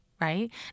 right